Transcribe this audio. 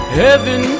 heaven